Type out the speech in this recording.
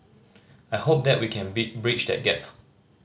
I hope that we can bit breach that gap